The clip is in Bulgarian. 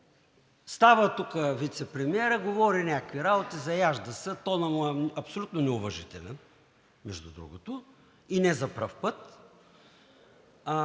Става тук вицепремиерът, говори някакви работи, заяжда се, тонът му е абсолютно неуважителен, между другото, и не за пръв път.